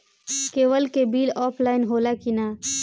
Cable के bill offline होला कि ना?